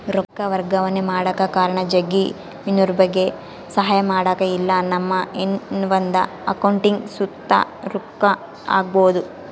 ರೊಕ್ಕ ವರ್ಗಾವಣೆ ಮಾಡಕ ಕಾರಣ ಜಗ್ಗಿ, ಇನ್ನೊಬ್ರುಗೆ ಸಹಾಯ ಮಾಡಕ ಇಲ್ಲಾ ನಮ್ಮ ಇನವಂದ್ ಅಕೌಂಟಿಗ್ ಸುತ ರೊಕ್ಕ ಹಾಕ್ಕ್ಯಬೋದು